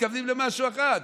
מתכוונים למשהו אחד.